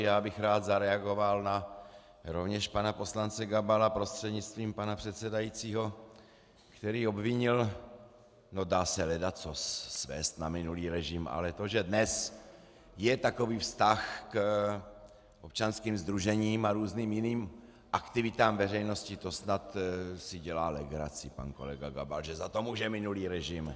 Já bych rád zareagoval rovněž na pana poslance Gabala prostřednictvím pana předsedajícího, který obvinil dá se ledacos svést na minulý režim, ale to, že dnes je takový vztah k občanským sdružením a různým jiným aktivitám veřejnosti, to snad si dělá legraci pan kolega Gabal, že za to může minulý režim.